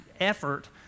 effort